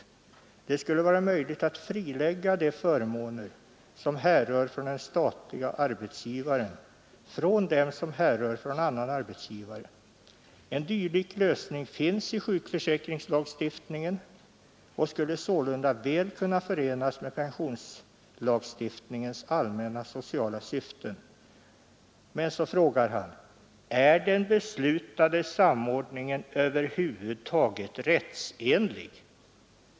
Det skulle vara möjligt att frilägga de förmåner, som härrör från den statliga arbetsgivaren från dem, som härrör från annan arbetsgivare. En dylik lösning finns i sjukförsäkringslagstiftningen och skulle sålunda väl kunna förenas med pensionslagstiftningens allmänna sociala syften.” Därefter frågar han: ”Men är den beslutade samordningen över huvud taget rättsenlig?